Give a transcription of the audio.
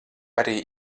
arī